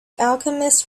alchemist